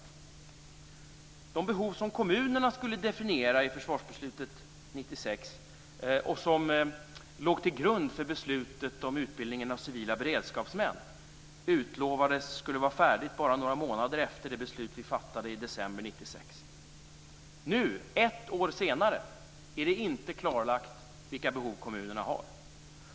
Kommunernas behov skulle definieras i försvarsbeslutet 1996 och låg till grund för beslutet om utbildning av civila beredskapsmän. Det utlovades att definitionen av behoven skulle vara färdig bara några månader efter beslutet vi fattade i december 1996. Nu, ett år senare, är det ännu inte klarlagt vilka behov kommunerna har.